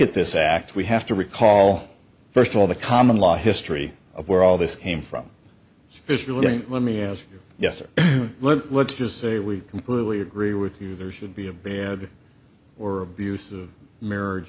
at this act we have to recall first of all the common law history of where all this came from sufficiently let me ask you yes or let's just say we completely agree with you there should be a bad or abusive marriage